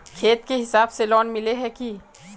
खेत के हिसाब से लोन मिले है की?